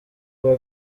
kuwa